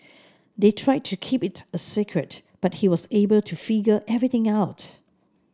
they tried to keep it a secret but he was able to figure everything out